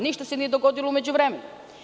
Ništa se nije dogodilo u međuvremenu.